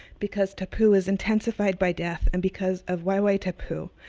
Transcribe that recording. because tapu is intensified by death, and because of wai wai tapu,